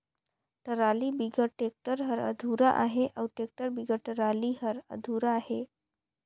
trolley बिगर tractor हर अधुरा अहे अउ टेक्टर बिगर टराली हर अधुरा अहे